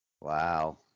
Wow